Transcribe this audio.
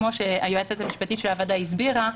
כמו שהיועצת המשפטית של הוועדה הסבירה,